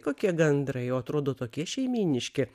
kokie gandrai o atrodo tokie šeimyniški